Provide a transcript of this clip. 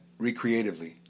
recreatively